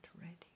ready